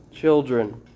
Children